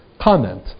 comment